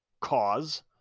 cause